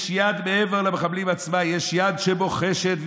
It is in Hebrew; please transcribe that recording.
מעבר למחבלים עצמם יש יד שבוחשת,